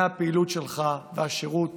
מהפעילות שלך והשירות